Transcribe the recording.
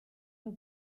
your